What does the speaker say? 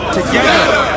Together